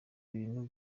bantu